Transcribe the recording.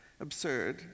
absurd